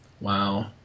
Wow